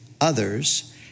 others